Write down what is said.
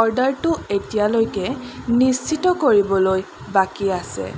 অৰ্ডাৰটো এতিয়ালৈকে নিশ্চিত কৰিবলৈ বাকী আছে